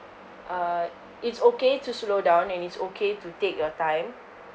uh it's okay to slow down and it's okay to take your time